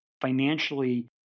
financially